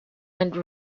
and